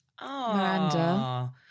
Miranda